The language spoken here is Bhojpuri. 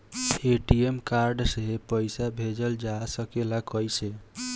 ए.टी.एम कार्ड से पइसा भेजल जा सकेला कइसे?